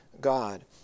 God